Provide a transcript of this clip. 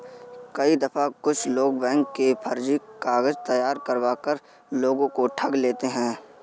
कई दफा कुछ लोग बैंक के फर्जी कागज तैयार करवा कर लोगों को ठग लेते हैं